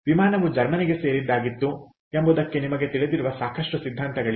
ವಿಮಾನವು ಜರ್ಮನಿಗೆ ಸೇರಿದ್ದು ಆಗಿತ್ತು ಎಂಬುದಕ್ಕೆ ನಿಮಗೆ ತಿಳಿದಿರುವ ಸಾಕಷ್ಟು ಸಿದ್ಧಾಂತಗಳಿವೆ